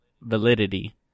validity